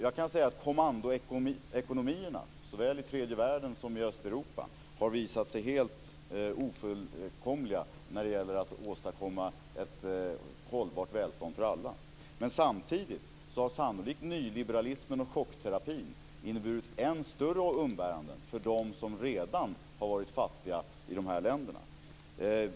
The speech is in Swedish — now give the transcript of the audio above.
Jag kan svara att kommandoekonomierna, såväl i tredje världen som i Östeuropa, har visat sig helt ofullkomliga när det gäller att åstadkomma ett hållbart välstånd för alla. Men samtidigt har nyliberalismen och chockterapin sannolikt inneburit än större umbäranden för dem som redan har varit fattiga i de här länderna.